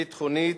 ביטחונית,